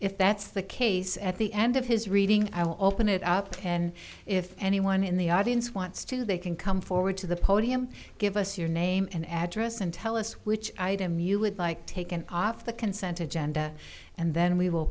if that's the case at the end of his reading i will open it up and if anyone in the audience wants to they can come forward to the podium give us your name and address and tell us which item you would like taken off the consented genda and then we will